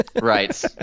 Right